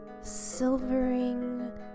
silvering